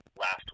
last